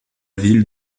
ville